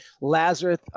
Lazarus